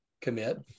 commit